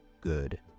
good